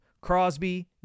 Crosby